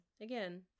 again